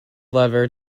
lever